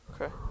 Okay